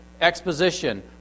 exposition